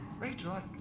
Rachel